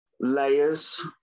layers